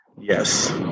Yes